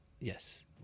Yes